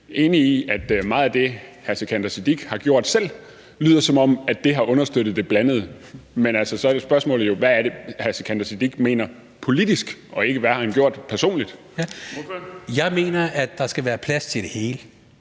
enig i, at meget af det, hr. Sikandar Siddique har gjort selv, lyder, som om det har understøttet det blandede. Men altså, så er spørgsmålet jo, hvad hr. Sikandar Siddique mener politisk, og ikke hvad han har gjort personligt. Kl. 16:55 Den fg. formand